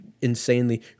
insanely